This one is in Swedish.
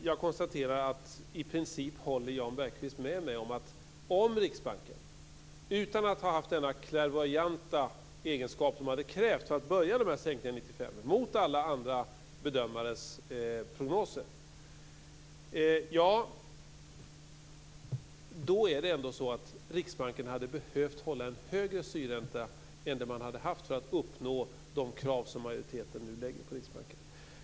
Jag konstaterar att Jan Bergqvist i princip håller med mig om detta: Om Riksbanken utan att ha haft de klärvoajanta egenskaper som hade krävts ändå hade börjat med de här sänkningarna 1995 mot alla andra bedömares prognoser, då hade Riksbanken behövt hålla en högre styrränta än man gjorde för att uppnå de krav som majoriteten nu ställer på Riksbanken.